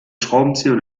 schraubenzieher